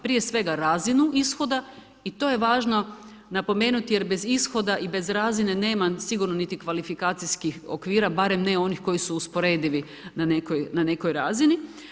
Prije svega razinu ishoda i to je važno napomenuti jer bez ishoda i bez razine nema sigurno niti kvalifikacijskih okvira, barem ne onih koji su usporedivi na nekoj razini.